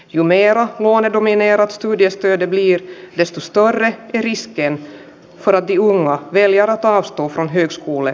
julia on rumine astui esteenä vielä keskustori eristeenä raggiung mieliala taas tutun hyks kuole